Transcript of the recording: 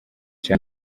cya